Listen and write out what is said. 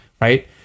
right